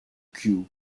kew